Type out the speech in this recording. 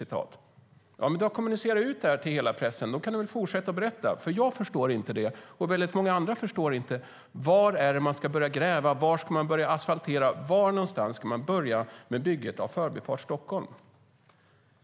Du har kommunicerat ut det här till hela pressen. Då kan du väl fortsätta att berätta, för jag förstår inte det, och väldigt många andra förstår inte. Var är det man ska börja gräva? Var ska man börja asfaltera? Var någonstans ska man börja med bygget av Förbifart Stockholm?